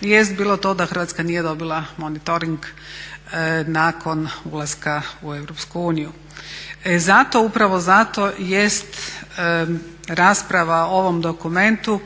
jest bilo to da Hrvatska nije dobila monitoring nakon ulaska u EU. Zato upravo zato jest rasprava o ovom dokumentu